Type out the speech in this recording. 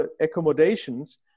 accommodations